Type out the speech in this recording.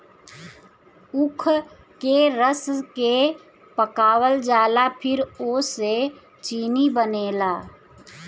ऊख के रस के पकावल जाला फिर ओसे चीनी बनेला